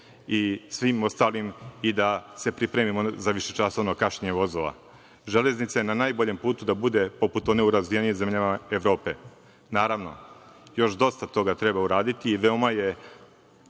i svim ostalim i da se pripremimo za višečasovno kašnjenje vozova. Železnica je na najboljem putu da bude poput one u razvijenim zemljama u Evropi. Naravno, još dosta toga treba uraditi i veoma je